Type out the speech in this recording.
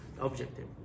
objective